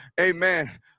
amen